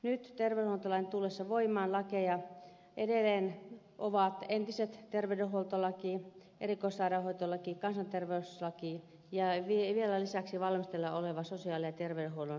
nyt terveydenhuoltolain tullessa voimaan lakeja ovat edelleen entiset terveydenhuoltolaki erikoissairaanhoitolaki kansanterveyslaki ja vielä lisäksi valmisteilla oleva sosiaali ja terveydenhuollon hallintolaki